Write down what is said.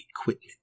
equipment